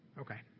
Okay